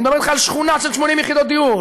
אני מדבר אתך על שכונה של 80 יחידות דיור,